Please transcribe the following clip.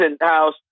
house